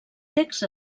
text